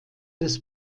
des